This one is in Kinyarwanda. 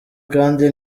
kandi